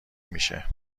میشه